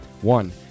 One